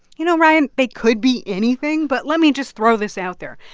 you know, ryan, they could be anything, but let me just throw this out there.